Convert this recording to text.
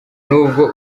n’ubwo